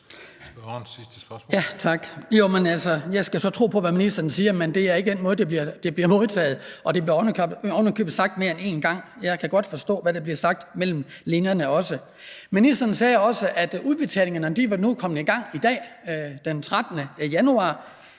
Jeg må så tro på, hvad ministeren siger, men det er ikke den måde, det bliver modtaget på – og det blev ovenikøbet sagt mere end en gang. Jeg kan godt forstå, hvad der bliver sagt mellem linjerne også. Ministeren sagde også, at udbetalingerne var kommet i gang i dag, den 13. januar,